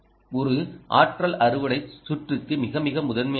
ஒரு ஆற்றல் அறுவடை சுற்றுக்கு மிக மிக முதன்மையானது